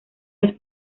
las